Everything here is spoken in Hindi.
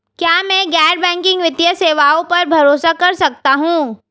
क्या मैं गैर बैंकिंग वित्तीय सेवाओं पर भरोसा कर सकता हूं?